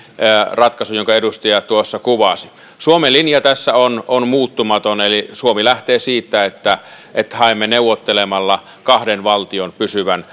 ratkaisun jonka edustaja tuossa kuvasi suomen linja tässä on on muuttumaton eli suomi lähtee siitä että että haemme neuvottelemalla kahden valtion pysyvän